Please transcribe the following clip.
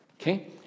Okay